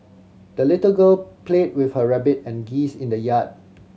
the little girl played with her rabbit and geese in the yard